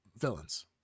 villains